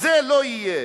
זה לא יהיה.